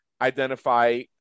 identify